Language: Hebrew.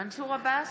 מנסור עבאס,